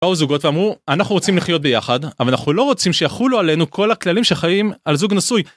באו זוגות ואמרו אנחנו רוצים לחיות ביחד אבל אנחנו לא רוצים שיכולו עלינו כל הכללים שחלים על זוג נשוי.